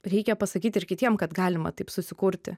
reikia pasakyt ir kitiem kad galima taip susikurti